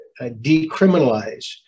decriminalize